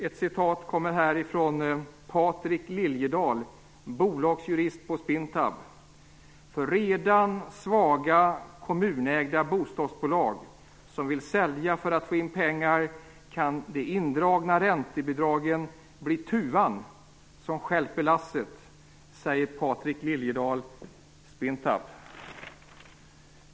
Här är ett citat från Patrik Liljedahl, bolagsjurist på Spintab: "För redan svaga kommunägda bostadsbolag, som vill sälja för att få in pengar, kan de indragna räntebidragen bli tuvan som stjälper lasset."